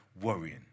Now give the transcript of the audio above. worrying